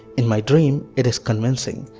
in my dream it is convincing.